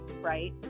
right